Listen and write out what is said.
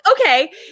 okay